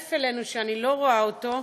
שהצטרף אלינו, שאני לא רואה אותו,